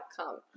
outcome